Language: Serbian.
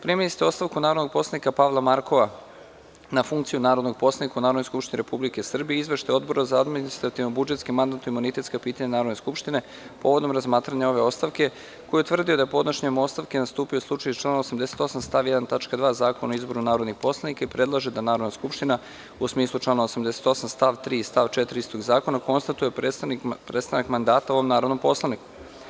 Primili ste ostavku narodnog poslanika Pavla Markova na funkciju narodnog poslanika u Narodnoj skupštini Republike Srbije, Izveštaj Odbora za administrativno-budžetska i mandatno-imunitetska pitanja Narodne skupštine povodom razmatranja ove ostavke, koji je utvrdio da je podnošenjem ostavke nastupio slučaj iz člana 88. stav 1. tačka 2. Zakona o izboru narodnih poslanika i predlaže da Narodna skupština u smislu člana 88. stav 3. i stav 4. istog zakona konstatuje prestanak mandata ovom narodnom poslaniku.